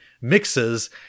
mixes